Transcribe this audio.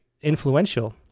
Influential